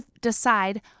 decide